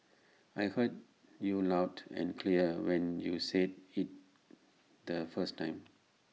I heard you loud and clear when you said IT the first time